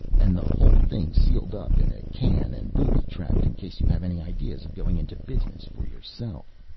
and the whole thing sealed up in a can and booby-trapped in case you have any ideas of going into business for yourself.